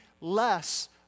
less